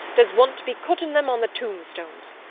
does want to be cuttin' them on the tombstones.